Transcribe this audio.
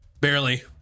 Barely